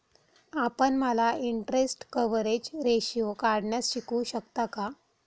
आपण मला interest coverage ratio काढण्यास शिकवू शकता का?